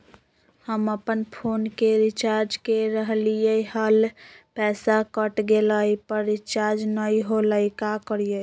हम अपन फोन के रिचार्ज के रहलिय हल, पैसा कट गेलई, पर रिचार्ज नई होलई, का करियई?